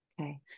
Okay